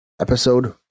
episode